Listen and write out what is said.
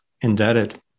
indebted